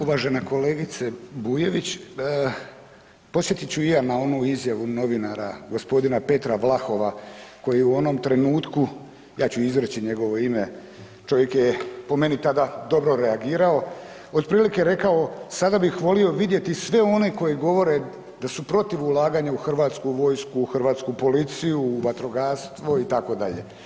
Uvažena kolegice Bujević, podsjetit ću i ja na onu izjavu novinara g. Petra Vlahova koji je u onom trenutku, ja ću izreći njegovo ime, čovjek je po meni tada dobro reagirao, otprilike rekao sada bih volio vidjeti sve one koji govore da su protiv ulaganja u hrvatsku vojsku, u hrvatsku policiju, u vatrogastvo itd.